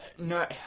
No